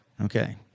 Okay